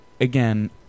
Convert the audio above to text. again